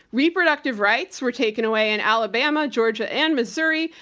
reproductive rights were taken away in alabama, georgia, and missouri,